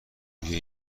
روی